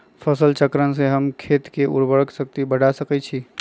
फसल चक्रण से हम खेत के उर्वरक शक्ति बढ़ा सकैछि?